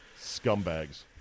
Scumbags